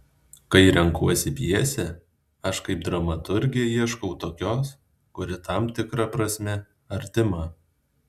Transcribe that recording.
kai renkuosi pjesę aš kaip dramaturgė ieškau tokios kuri tam tikra prasme artima